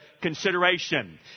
consideration